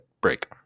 break